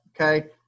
Okay